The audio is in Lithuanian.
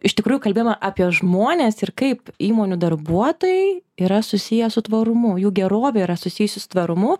iš tikrųjų kalbėjom apie žmones ir kaip įmonių darbuotojai yra susiję su tvarumu jų gerovė yra susijusi su tvarumu